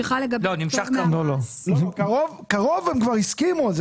על קרוב הם כבר הסכימו.